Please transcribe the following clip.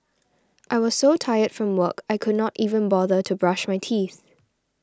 I was so tired from work I could not even bother to brush my teeth